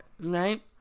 right